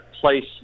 place